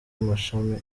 amashami